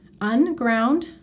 unground